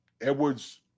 Edwards